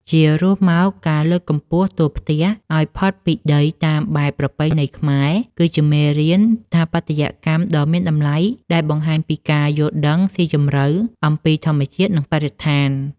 ជារួមមក ការលើកកម្ពស់តួផ្ទះឱ្យផុតពីដីតាមបែបប្រពៃណីខ្មែរ គឺជាមេរៀនស្ថាបត្យកម្មដ៏មានតម្លៃដែលបង្ហាញពីការយល់ដឹងស៊ីជម្រៅអំពីធម្មជាតិ និងបរិស្ថាន។